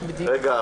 'רגע,